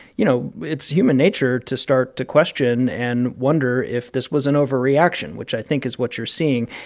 you know, it's human nature to start to question and wonder if this was an overreaction, which i think is what you're seeing,